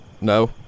no